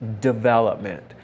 development